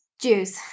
juice